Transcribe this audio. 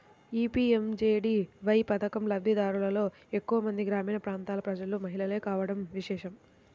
ఈ పీ.ఎం.జే.డీ.వై పథకం లబ్ది దారులలో ఎక్కువ మంది గ్రామీణ ప్రాంతాల ప్రజలు, మహిళలే కావడం విశేషం